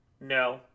No